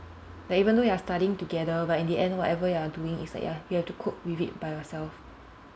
like even though you are studying together but in the end whatever you are doing it's like you h~ you have to cope with it by yourself